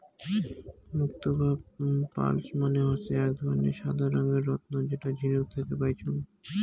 মুক্তো বা পার্লস মানে হসে আক ধরণের সাদা রঙের রত্ন যেটা ঝিনুক থাকি পাইচুঙ